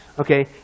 Okay